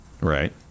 Right